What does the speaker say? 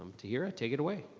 tahera, take it away.